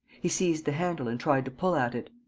he seized the handle and tried to pull at it.